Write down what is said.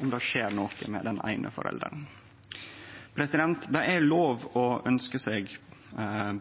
om det skjer noko med den eine forelderen? Det er lov å ønskje seg